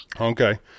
Okay